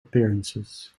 appearances